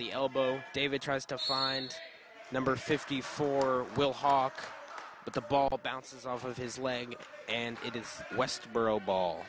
the elbow david tries to find number fifty four will hawk but the ball bounces off of his leg and it is west borough ball